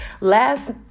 Last